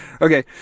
Okay